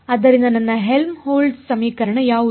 ಆದ್ದರಿಂದ ನನ್ನ ಹೆಲ್ಮ್ಹೋಲ್ಟ್ಜ್ ಸಮೀಕರಣ ಯಾವುದು